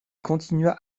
continua